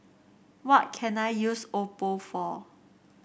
what can I use Oppo for